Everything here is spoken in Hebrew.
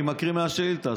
אני מקריא מהשאילתה.